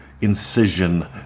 incision